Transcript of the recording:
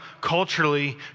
culturally